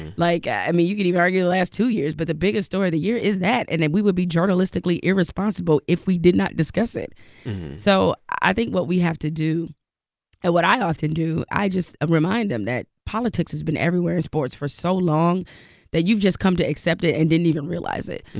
and like, i mean, you can even argue the last two years, but the biggest story of the year is that. and then we would be journalistically irresponsible if we did not discuss it so i think what we have to do and what i often do i just remind them that politics has been everywhere in sports for so long that you've just come to accept it and didn't even realize it.